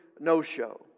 no-show